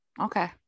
Okay